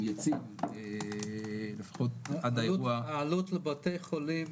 יציב ולפחות עד האירוע -- העלות לבתי החולים